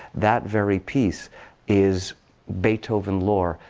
that very piece is beethoven lore.